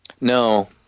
No